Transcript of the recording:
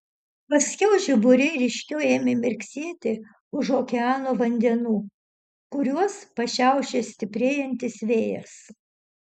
paskiau žiburiai ryškiau ėmė mirksėti už okeano vandenų kariuos pašiaušė stiprėjantis vėjas